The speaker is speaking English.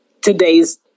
today's